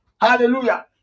Hallelujah